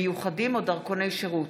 מיוחדים או דרכוני שירות,